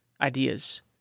ideas